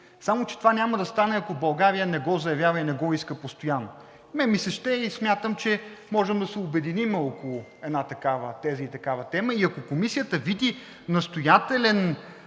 само че това няма да стане, ако България не го заявява и не го иска постоянно. На мен ми се ще и смятам, че можем да се обединим около една теза и такава тема и ако Комисията види настоятелен